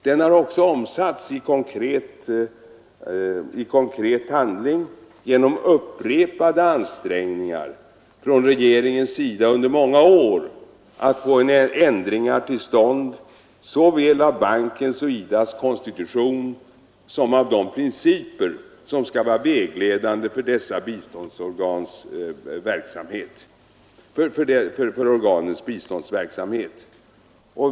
Den har också omsatts i konkret handling genom upprepade ansträngningar från regeringens sida under många år att få ändringar till stånd såväl av bankens och IDA :s konstitution som av de principer som skall vara vägledande för organens biståndsverksamhet.